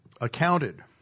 accounted